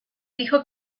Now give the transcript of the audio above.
dijo